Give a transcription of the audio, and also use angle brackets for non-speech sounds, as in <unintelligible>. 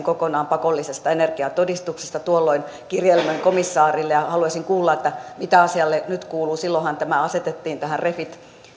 <unintelligible> kokonaan pakollisesta energiatodistuksesta tuolloin kirjelmöin komissaarille ja haluaisin kuulla mitä asialle nyt kuuluu silloinhan tämä asetettiin